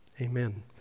amen